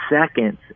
seconds